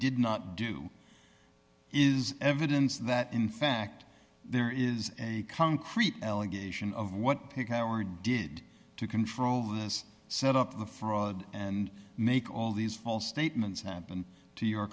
did not do is evidence that in fact there is a concrete allegation of what pick howard did to control this set up the fraud and make all these false statements happen to your